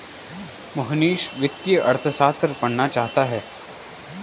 मोहनीश वित्तीय अर्थशास्त्र पढ़ना चाहता है